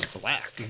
black